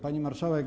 Pani Marszałek!